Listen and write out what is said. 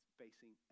facing